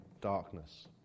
darkness